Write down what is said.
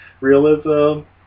realism